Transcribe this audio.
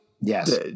Yes